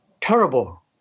terrible